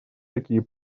такие